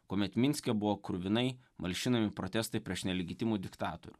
kuomet minske buvo kruvinai malšinami protestai prieš nelegitimų diktatorių